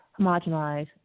homogenized